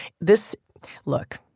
This—look—